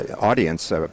audience